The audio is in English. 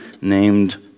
named